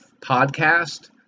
podcast